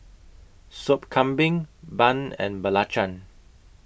Sop Kambing Bun and Belacan